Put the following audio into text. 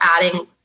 adding